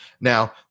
Now